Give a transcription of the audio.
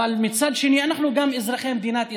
אבל מצד שני אנחנו גם אזרחי מדינת ישראל.